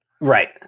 Right